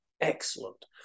Excellent